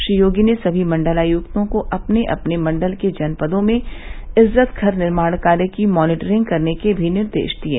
श्री योगी ने समी मंडलायुक्तों को अपने अपने मंडल के जनपदों में इज्जत घर निर्माण कार्य की मानिटरिंग करने के भी निर्देश दिये